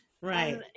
Right